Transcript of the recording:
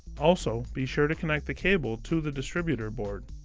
also be sure to connect the cable to the distributor board.